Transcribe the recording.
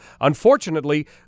Unfortunately